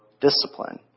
discipline